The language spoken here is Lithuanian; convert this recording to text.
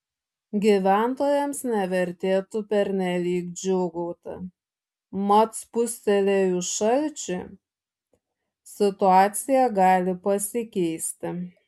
gyventojams nevertėtų pernelyg džiūgauti mat spustelėjus šalčiui situacija gali pasikeisti